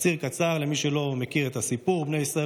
תקציר קצר למי שלא מכיר את הסיפור: בני ישראל